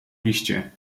liście